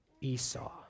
Esau